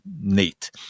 neat